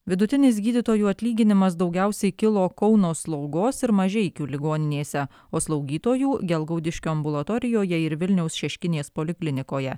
vidutinis gydytojų atlyginimas daugiausiai kilo kauno slaugos ir mažeikių ligoninėse o slaugytojų gelgaudiškio ambulatorijoje ir vilniaus šeškinės poliklinikoje